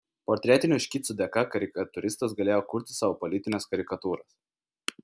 portretinių škicų dėka karikatūristas galėjo kurti savo politines karikatūras